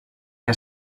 que